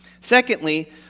Secondly